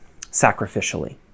sacrificially